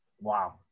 Wow